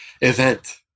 event